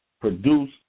produce